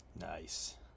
nice